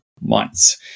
months